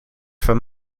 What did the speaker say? van